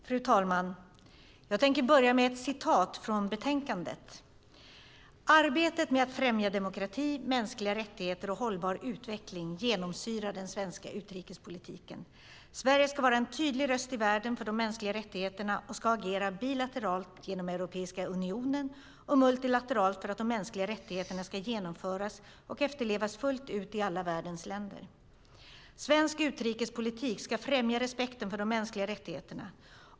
Fru talman! Jag tänker börja med ett citat från betänkandet: "Arbetet med att främja demokrati, mänskliga rättigheter och hållbar utveckling genomsyrar den svenska utrikespolitiken. Sverige ska vara en tydlig röst i världen för de mänskliga rättigheterna och ska agera bilateralt, genom Europeiska unionen och multilateralt för att de mänskliga rättigheterna ska genomföras och efterlevas fullt ut i alla världens länder. Svensk utrikespolitik ska främja respekten för de mänskliga rättigheterna.